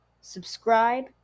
subscribe